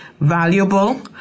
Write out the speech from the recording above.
valuable